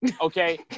Okay